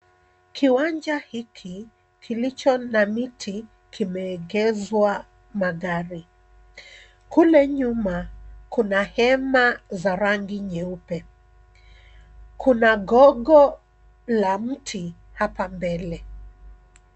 Kiwanja hiki kilicho na miti kimeegeshwa magari. Kule nyuma kuna hema za rangi nyeupe. Kuna gogo la mti hapa mbele.